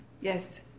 Yes